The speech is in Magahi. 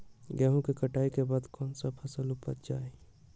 गेंहू के कटाई के बाद कौन सा फसल उप जाए?